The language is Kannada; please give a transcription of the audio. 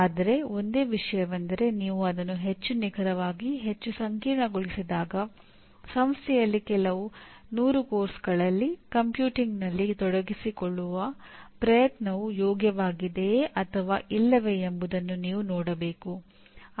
ಆದರೆ ಒಂದೇ ವಿಷಯವೆಂದರೆ ನೀವು ಅದನ್ನು ಹೆಚ್ಚು ನಿಖರವಾಗಿ ಹೆಚ್ಚು ಸಂಕೀರ್ಣಗೊಳಿಸಿದಾಗ ಸಂಸ್ಥೆಯಲ್ಲಿ ಕೆಲವು ನೂರು ಪಠ್ಯಕ್ರಮಗಳಲ್ಲಿ ಕಂಪ್ಯೂಟಿಂಗ್ನಲ್ಲಿ ತೊಡಗಿಸಿಕೊಳ್ಳುವ ಪ್ರಯತ್ನವು ಯೋಗ್ಯವಾಗಿದೆಯೆ ಅಥವಾ ಇಲ್ಲವೇ ಎಂಬುದನ್ನು ನೀವು ನೋಡಬೇಕು